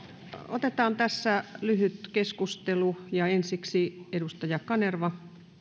otetaan tässä lyhyt keskustelu ensiksi edustaja kanerva arvoisa puhemies